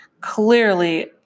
Clearly